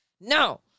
no